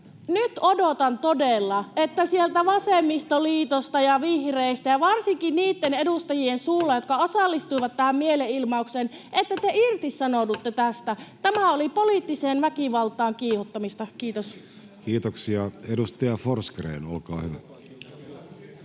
nyt odotan todella, että te sieltä vasemmistoliitosta ja vihreistä — varsinkin niitten edustajien suulla, jotka osallistuivat tähän mielenilmaukseen — irtisanoudutte tästä. Tämä oli poliittiseen väkivaltaan kiihottamista. — Kiitos. Kiitoksia. — Edustaja Forsgrén, olkaa hyvä.